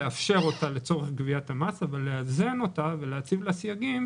לאפשר אותה לצורך גביית המס אבל לאזן אותה ולהציב לה סייגים